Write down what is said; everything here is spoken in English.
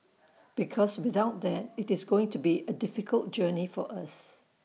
because without that IT is going to be A difficult journey for us